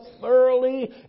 thoroughly